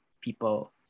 people